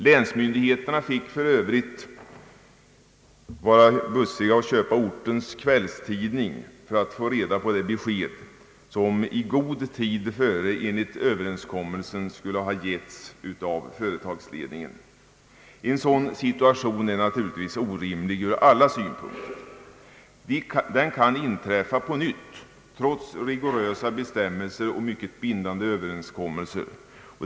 Länsmyndigheterna fick för övrigt köpa ortens kvällstidning för att få det besked som i god tid skulle ha givits av företagsledningen, enligt överenskommelsen. En sådan situation är naturligtvis orimlig ur alla synpunkter. Den kan uppstå på nytt, trots rigorösa bestämmelser och mycket bindande överenskommelser.